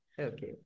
okay